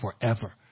forever